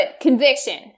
conviction